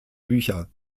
bücher